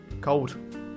cold